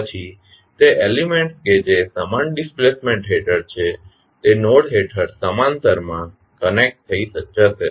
પછી તે એલીમેન્ટ્સ કે જે સમાન ડિસ્પ્લેસમેન્ટ હેઠળ છે તે નોડ હેઠળ સમાંતર માં કનેક્ટ થઈ જશે